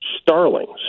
starlings